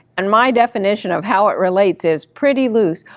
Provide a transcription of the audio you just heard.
and my definition of how it relates is pretty loo,